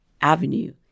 avenue